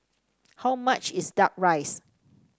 how much is duck rice